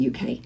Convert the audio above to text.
UK